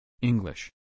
English